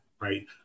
right